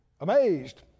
amazed